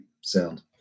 sound